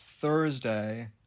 Thursday